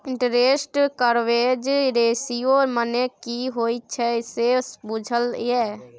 Interest coverage ratio मने की होइत छै से बुझल यै?